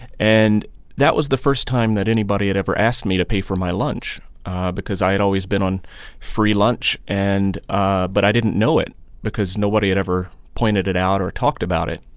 and that was the first time that anybody had ever asked me to pay for my lunch because i had always been on free lunch. and ah but i didn't know it because nobody had ever pointed it out or talked about it.